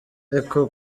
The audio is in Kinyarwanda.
echo